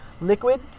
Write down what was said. liquid